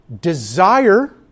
desire